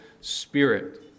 spirit